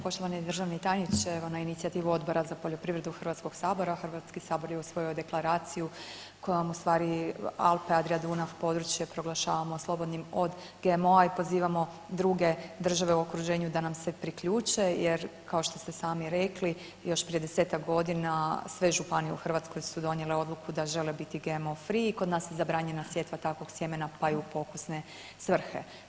Poštovani državni tajniče, evo na inicijativu Odbora za poljoprivredu HS, HS je usvojio deklaraciju kojom u stvari Alpe-Adria-Dunav područje proglašavamo slobodnim od GMO-a i pozivamo druge države u okruženju da nam se priključe jer kao što ste i sami rekli još prije 10-tak godina sve županije u Hrvatskoj su donijele odluku da žele biti GMO free, kod nas je zabranjena sjetva takvog sjemena, pa i u pokusne svrhe.